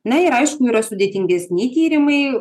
na ir aišku yra sudėtingesni tyrimai